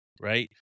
right